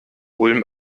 ulm